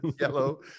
yellow